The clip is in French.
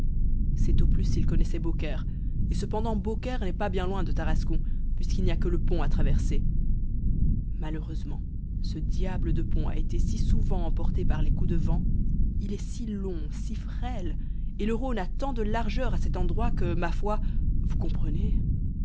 c'est au plus s'il connaissait beaucaire et cependant beaucaire n'est pas bien loin de tarascon puisqu'il n'y a que le pont à traverser malheureusement ce diable de pont a été si souvent emporté par les coups de vent il est si long si frêle et le rhône a tant de largeur à cet endroit que ma foi vous comprenez